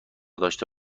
داشته